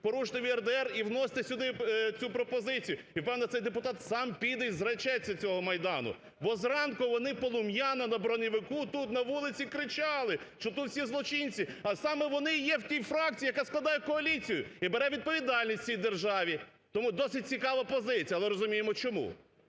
поруште в ЄРДР і вносьте сюди цю пропозицію. І пан оцей депутат сам піде і зречеться цього Майдану. Бо зранку вони полум'яно на броневику тут, на вулиці, кричали, що тут всі злочинці. А саме вони і є в тій фракції, яка складає коаліцію і бере відповідальність в цій державі. Тому досить цікава позиція, але розуміємо чому.